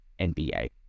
nba